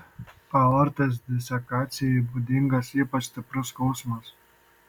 aortos disekacijai būdingas ypač stiprus skausmas